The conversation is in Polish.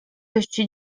dość